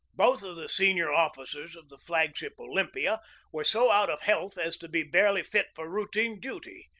both of the senior officers of the flag-ship olympia were so out of health as to be barely fit for routine duty,